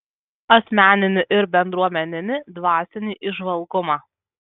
asmeninį ir bendruomeninį dvasinį įžvalgumą